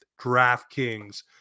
DraftKings